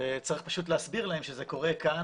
צריך פשוט להסביר להם שזה קורה כאן,